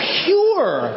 pure